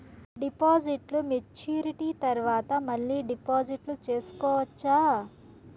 డిపాజిట్లు మెచ్యూరిటీ తర్వాత మళ్ళీ డిపాజిట్లు సేసుకోవచ్చా?